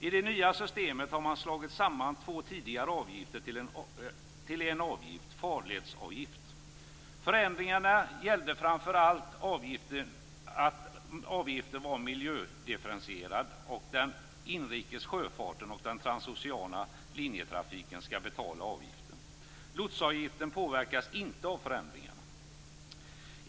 I det nya systemet har man slagit samman två tidigare avgifter till en avgift - farledsavgift. Förändringarna gällde framför allt att avgiften miljödifferentierades och att den inrikes sjöfarten och den transoceana linjetrafiken skall betala avgiften. Lotsavgiften påverkas inte av förändringarna.